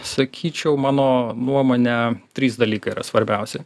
sakyčiau mano nuomone trys dalykai yra svarbiausi